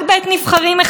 של הנציגים,